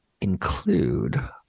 Include